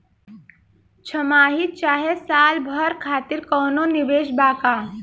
छमाही चाहे साल भर खातिर कौनों निवेश बा का?